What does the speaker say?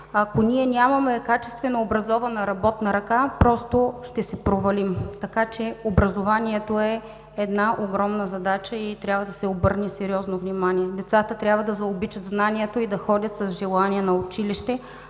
ако нямаме качествено образована работна ръка, просто ще се провалим. Образованието е една огромна задача и трябва да се обърне сериозно внимание. Децата трябва да заобичат знанието и да ходят с желание на училище,